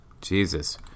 Jesus